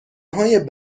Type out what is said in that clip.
های